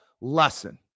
lesson